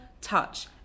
touch